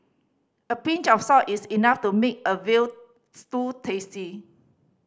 a pinch of salt is enough to make a veal tasty